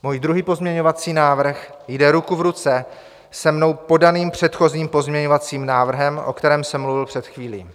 Můj druhý pozměňovací návrh jde ruku v ruce se mnou podaným předchozím pozměňovacím návrhem, o kterém jsem mluvil před chvílí.